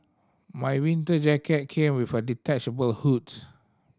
my winter jacket came with a detachable hoods